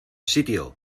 sitio